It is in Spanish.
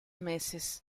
meses